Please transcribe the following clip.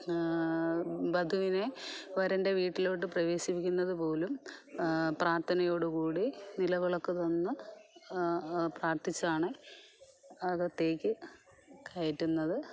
വധുവിനെ വരൻ്റെ വീട്ടിലോട്ട് പ്രവേശിപ്പിക്കുന്നതുപോലും പ്രാർത്ഥനയോടുകൂടി നിലവിളക്ക് തന്ന് പ്രാർത്ഥിച്ചാണ് അകത്തേക്ക് കയറ്റുന്നത്